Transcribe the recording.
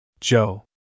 Joe